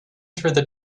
through